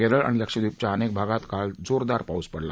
केरळ आणि लक्षद्वीपच्या अनेक भागात काळ जोरदार पाऊस पडला